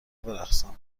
برقصم